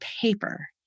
paper